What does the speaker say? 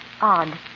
odd